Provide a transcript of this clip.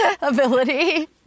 ability